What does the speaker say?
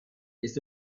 ist